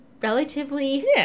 relatively